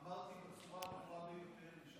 אמרתי בצורה ברורה ביותר.